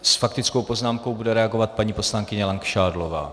S faktickou poznámkou bude reagovat paní poslankyně Langšádlová.